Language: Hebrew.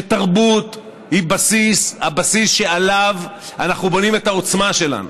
שתרבות היא הבסיס שעליו אנחנו בונים את העוצמה שלנו,